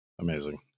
Amazing